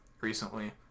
recently